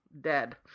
dead